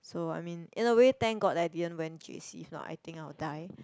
so I mean in a way thank god that I didn't went j_c if not I think I will die